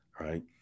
right